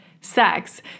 sex